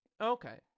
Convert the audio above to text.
Okay